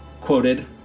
quoted